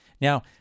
Now